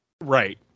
Right